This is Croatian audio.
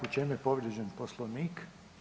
U čemu je povrijeđen Poslovnik?